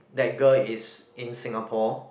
that girl is in Singapore